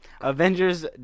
Avengers